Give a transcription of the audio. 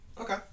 Okay